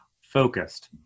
focused